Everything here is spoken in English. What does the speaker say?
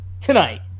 tonight